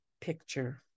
picture